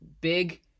big